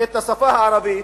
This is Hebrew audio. את השפה הערבית,